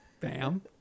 Bam